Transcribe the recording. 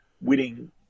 winning